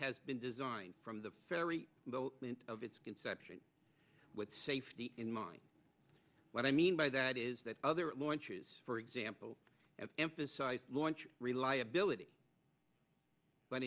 has been designed from the very low of its conception with safety in mind what i mean by that is that other launchers for example emphasized launch reliability but